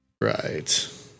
Right